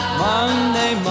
Monday